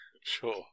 Sure